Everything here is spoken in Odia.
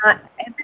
ଆଁ ଏବେ ତ